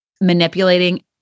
manipulating